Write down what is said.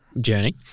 journey